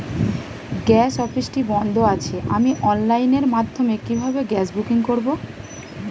Gas অফিসটি বন্ধ আছে আমি অনলাইনের মাধ্যমে কিভাবে গ্যাস বুকিং করব?